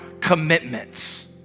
commitments